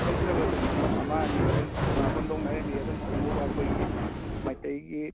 ꯂꯩꯇ꯭ꯔꯒꯁꯨ ꯃꯐꯝ ꯑꯃ ꯑꯅꯤ ꯑꯗꯨꯝ ꯏꯝꯥ ꯀꯣꯟꯊꯣꯡ ꯂꯥꯏꯔꯦꯝꯕꯤ ꯑꯗꯨꯝ ꯆꯪꯉꯨꯕ ꯑꯩꯈꯣꯏꯒꯤ ꯃꯩꯇꯩꯒꯤ